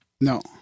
No